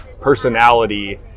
personality